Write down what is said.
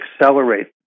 accelerate